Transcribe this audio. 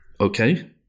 okay